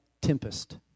tempest